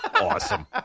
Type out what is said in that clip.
Awesome